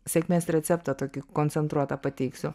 sėkmės receptą tokį koncentruotą pateiksiu